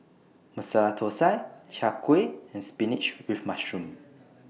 Masala Thosai Chai Kuih and Spinach with Mushroom